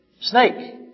snake